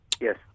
Yes